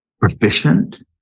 proficient